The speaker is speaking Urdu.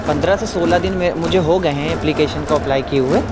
پندرہ سے سولہ دن میں مجھے ہو گئے ہیں اپلیکیشن کو اپلائی کیے ہوئے